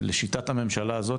לשיטת הממשלה הזו,